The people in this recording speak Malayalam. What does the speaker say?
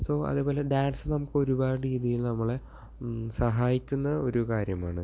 സോ അതേപോലെ ഡാൻസ് നമുക്ക് ഒരുപാട് രീതിയിൽ നമ്മളെ സഹായിക്കുന്ന ഒരു കാര്യമാണ്